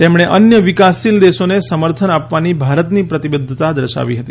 તેમણે અન્ય વિકાસશીલ દેશોને સમર્થન આપવાની ભારતની પ્રતિબધ્ધતા દર્શાવી હતી